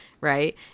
right